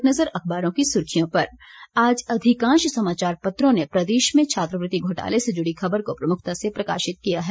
एक नज़र अखबारों की सुर्खियों पर आज अधिकांश समाचार पत्रों ने प्रदेश में छात्रवृति घोटाले से जुड़ी खबर को प्रमुखता से प्रकाशित किया है